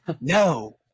No